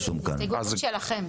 הסתייגות מספר 11 היא גם שלכם.